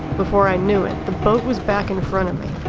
before i knew it, the boat was back in front of me.